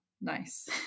Nice